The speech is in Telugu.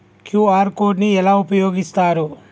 క్యూ.ఆర్ కోడ్ ని ఎలా వినియోగిస్తారు?